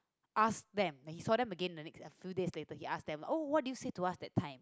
ask them like he saw them again in the next few days later he asked them oh what do you say to us that time